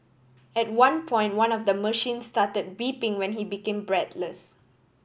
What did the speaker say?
at one point one of the machines started beeping when he became breathless